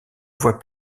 voie